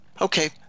okay